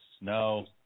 No